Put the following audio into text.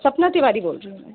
सपना तिवारी बोल रही हूँ मैं